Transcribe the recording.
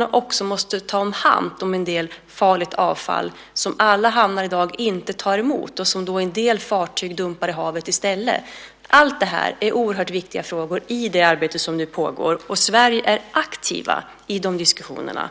avfall som man måste ta emot men som alla hamnar i dag inte tar emot utan en del fartyg dumpar i havet i stället? Allt detta är oerhört viktiga frågor i det arbete som nu pågår, och Sverige är aktivt i de diskussionerna.